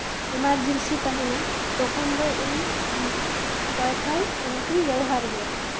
emergency ᱛᱟᱦᱮᱱᱟ ᱛᱚᱠᱷᱚᱱ ᱫᱚ ᱤᱧ ᱳᱣᱟᱭᱼᱯᱷᱟᱭ ᱠᱟᱱᱮᱠᱴ ᱤᱧ ᱵᱮᱵᱚᱦᱟᱨ ᱜᱮᱭᱟ